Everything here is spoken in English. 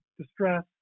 distress